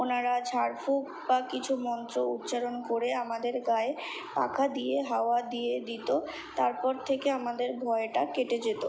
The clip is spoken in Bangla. ওনারা ঝাড়ফুঁক বা কিছু মন্ত্র উচ্চারণ করে আমাদের গায়ে পাখা দিয়ে হাওয়া দিয়ে দিত তারপর থেকে আমাদের ভয়টা কেটে যেত